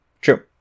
True